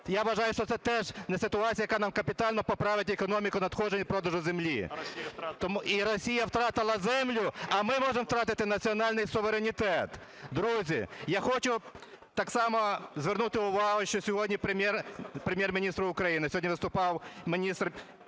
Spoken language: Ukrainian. я вважаю, що це теж не ситуація, яка нам капітально поправить економіку надходжень з продажу землі. І Росія втратила землю, а ми можемо втратити національний суверенітет. Друзі, я хочу так само звернути увагу, що сьогодні, Прем'єр-міністр України, сьогодні виступав міністр